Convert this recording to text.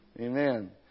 Amen